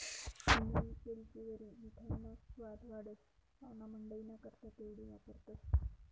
नियी येलचीवरी मिठाईना सवाद वाढस, पाव्हणामंडईना करता तेवढी वापरतंस